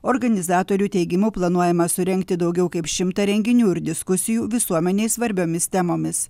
organizatorių teigimu planuojama surengti daugiau kaip šimtą renginių ir diskusijų visuomenei svarbiomis temomis